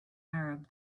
arab